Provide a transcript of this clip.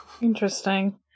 Interesting